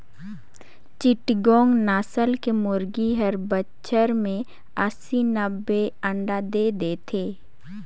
चिटगोंग नसल के मुरगी हर बच्छर में अस्सी, नब्बे अंडा दे देथे